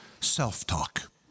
self-talk